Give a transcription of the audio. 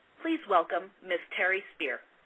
please welcome ms. terri spear.